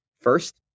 First